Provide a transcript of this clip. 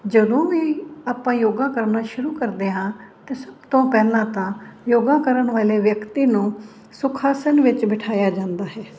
ਜਦੋਂ ਵੀ ਆਪਾਂ ਯੋਗਾ ਕਰਨਾ ਸ਼ੁਰੂ ਕਰਦੇ ਹਾਂ ਤਾਂ ਸਭ ਤੋਂ ਪਹਿਲਾਂ ਤਾਂ ਯੋਗਾ ਕਰਨ ਵਾਲੇ ਵਿਅਕਤੀ ਨੂੰ ਸੁਖ ਆਸਣ ਵਿੱਚ ਬਿਠਾਇਆ ਜਾਂਦਾ ਹੈ